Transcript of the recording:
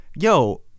Yo